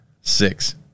Six